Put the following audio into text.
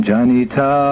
Janita